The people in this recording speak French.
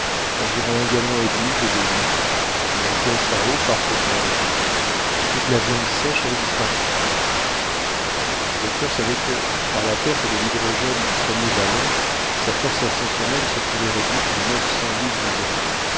environ un gallon et demi d'eau-de-vie une caisse à eau parfaitement vide toute la viande sèche avait disparu le docteur savait que par la perte de l'hydrogène du premier ballon sa force ascensionnelle se trouvait réduite de neuf cents livres environ